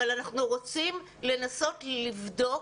אבל אנחנו רוצים לנסות לבדוק,